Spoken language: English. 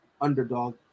underdog